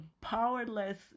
powerless